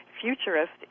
futurist